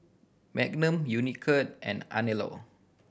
Magnum Unicurd and Anello